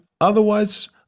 Otherwise